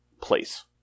place